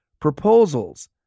proposals